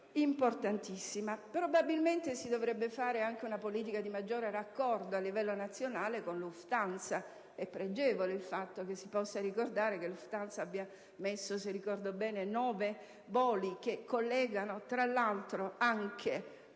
importantissima. Probabilmente si dovrebbe fare una politica di maggior raccordo, a livello nazionale, con Lufthansa. È pregevole il fatto che Lufthansa abbia disposto, se ricordo bene, nove voli che collegano, tra l'altro, anche